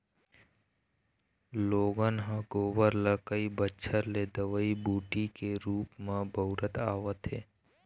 लोगन ह गोबर ल कई बच्छर ले दवई बूटी के रुप म बउरत आवत हे